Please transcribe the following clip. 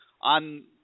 on